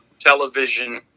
television